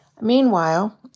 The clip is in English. Meanwhile